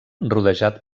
rodejat